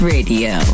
Radio